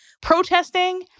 protesting